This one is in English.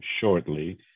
shortly